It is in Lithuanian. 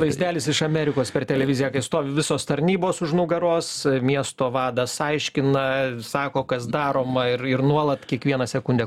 vaizdelis iš amerikos per televiziją kai stovi visos tarnybos už nugaros miesto vadas aiškina sako kas daroma ir ir nuolat kiekvieną sekundę